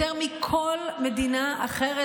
יותר מכל מדינה אחרת,